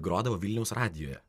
grodavo vilniaus radijuje